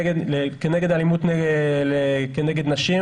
נגד אלימות כנגד נשים.